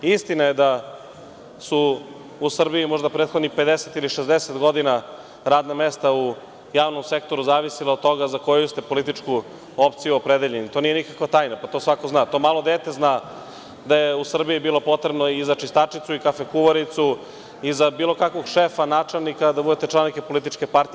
Istina je da su u Srbiji možda prethodnih 50 ili 60 godina radna mesta u javnom sektoru zavisila od toga za koju ste političku opciju opredeljeni, to nije nikakva tajna, to svako zna, to malo dete zna da je u Srbiji bilo potrebno i za čistačicu i za kafe kuvaricu i za bilo kakvog šefa, načelnika, da budete član neke političke partije.